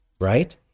right